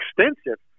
extensive